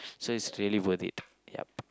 so is really worth it yup